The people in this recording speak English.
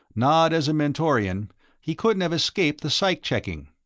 not as a mentorian he couldn't have escaped the psych-checking.